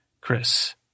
Chris